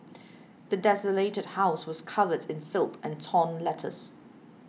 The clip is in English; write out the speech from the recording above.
the desolated house was covered in filth and torn letters